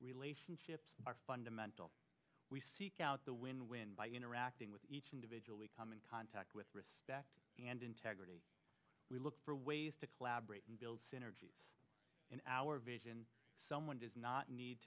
relationships are fundamental we seek out the win win by interacting with each individual we come in contact with respect and integrity we look for ways to collaborate and build synergies in our vision someone does not need